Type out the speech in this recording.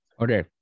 Okay